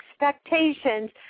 expectations